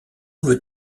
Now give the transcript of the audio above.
veux